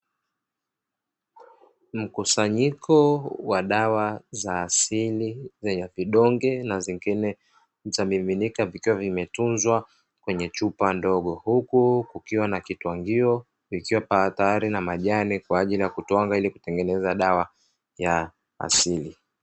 Mkusanyiko wa dawa za asili zenye vidonge na zingine zenye vimiminika, vikiwa vimetunzwa kwenye chupa ndogo, huku kukiwa na kitwangio, vikiwa tayari na majani kwa ajili ya kutwanga ili kutengeneza dawa za asili.